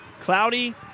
Cloudy